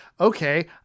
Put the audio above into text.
Okay